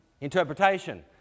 interpretation